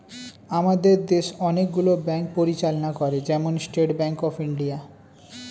আমাদের দেশ অনেক গুলো ব্যাঙ্ক পরিচালনা করে, যেমন স্টেট ব্যাঙ্ক অফ ইন্ডিয়া